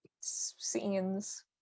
scenes